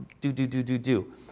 do-do-do-do-do